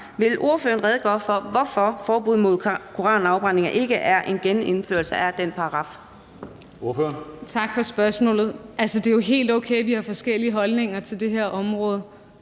Vil ordføreren redegøre for, hvorfor forbuddet mod koranafbrænding ikke er en genindførelse af den paragraf?